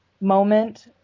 moment